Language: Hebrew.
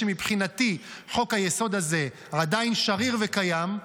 כשמבחינתי חוק-היסוד הזה עדיין שריר וקיים,